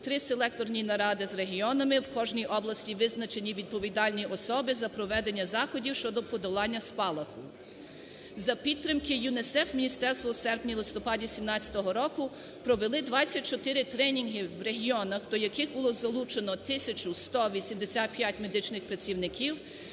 три селекторні наради з регіонами, в кожній області визначені відповідальні особи за проведення заходів щодо подолання спалаху. За підтримки ЮНІСЕФ міністерство у серпні-листопаді 2017 року провели 24 тренінги в регіонах, до яких було залучено 1 тисяча 185 медичних працівників,